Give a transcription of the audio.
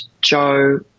Joe